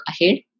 ahead